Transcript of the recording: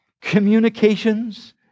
communications